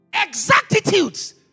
Exactitudes